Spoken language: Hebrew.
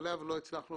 שאגב לא הצלחנו